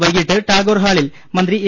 വൈകിട്ട് ടാഗോർ ഹാളിൽ മന്ത്രി എ